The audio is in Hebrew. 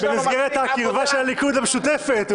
במסגרת הקרבה של הליכוד למשותפת.